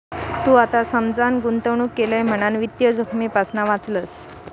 तू आता समजान गुंतवणूक केलं म्हणान वित्तीय जोखमेपासना वाचलंस